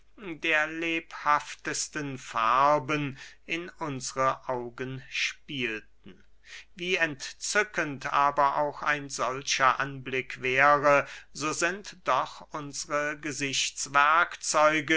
der lebhaftesten farben in unsre augen spielten wie entzückend aber auch ein solcher anblick wäre so sind doch unsre